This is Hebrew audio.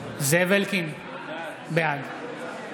זאב אלקין, בעד